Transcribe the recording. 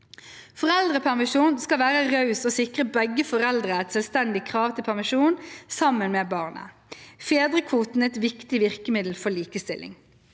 Foreldrepermisjonen skal være raus og sikre begge foreldre et selvstendig krav til permisjon sammen med barnet. Fedrekvoten er et viktig virkemiddel for likestilling.